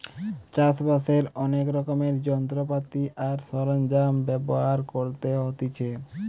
চাষ বাসের অনেক রকমের যন্ত্রপাতি আর সরঞ্জাম ব্যবহার করতে হতিছে